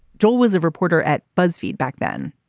joel was a reporter at buzzfeed back then.